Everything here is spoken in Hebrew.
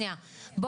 חברי הכנסת,